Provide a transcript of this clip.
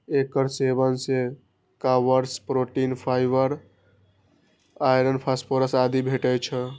एकर सेवन सं carbs, protein, fibre, iron, phosphorus आदि भेटै छै